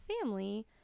family